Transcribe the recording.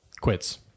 quits